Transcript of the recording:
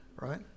right